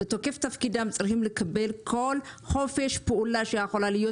מתוקף תפקידם צריכים לקבל כל חופש פעולה שיכולה להיות